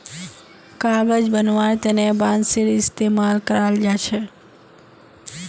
कागज बनव्वार तने बांसेर इस्तमाल कराल जा छेक